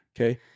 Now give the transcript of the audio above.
Okay